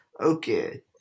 Okay